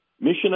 mission